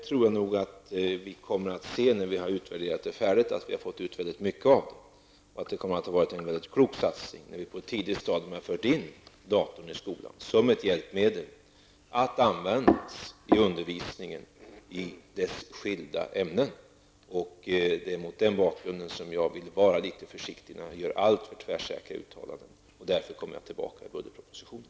När vi har utvärderat detta färdigt tror jag att vi kommer att se att vi har fått ut väldigt mycket av det och att det kommer att visa sig ha varit en mycket klok satsning att på ett tidigt stadium föra in datorn i skolan som ett hjälpmedel att användas inom skilda ämnen i undervisningen. Det är mot den bakgrunden som jag vill vara litet försiktig innan jag gör alltför tvärsäkra uttalanden. Därför återkommer jag i budgetpropositionen.